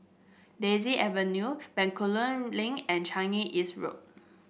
Daisy Avenue Bencoolen Link and Changi East Road